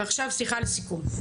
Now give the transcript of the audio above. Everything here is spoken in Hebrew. ועכשיו לסיכום.